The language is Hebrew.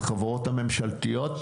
בחברות הממשלתיות.